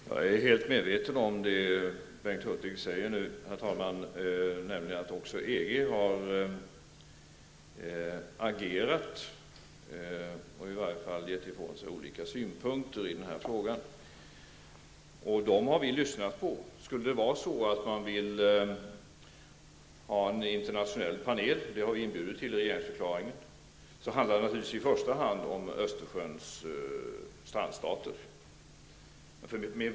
Herr talman! Jag är helt medveten om det Bengt Hurtig säger, nämligen att även EG har agerat och haft olika synpunkter i den här frågan. Vi har lyssnat till dessa synpunkter. Skulle man vilja ha en internationell panel, vilket vi har inbjudit till i regeringsförklaringen, handlar det naturligtvis i första hand om Östersjöns strandstater.